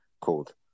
called